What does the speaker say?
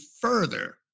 further